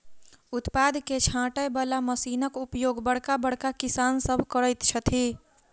उत्पाद के छाँटय बला मशीनक उपयोग बड़का बड़का किसान सभ करैत छथि